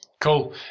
Cool